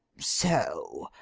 so!